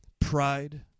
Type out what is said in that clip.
pride